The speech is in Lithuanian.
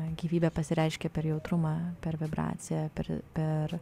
gyvybė pasireiškia per jautrumą per vibraciją per per